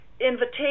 invitation